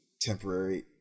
temporary